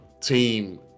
team